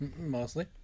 Mostly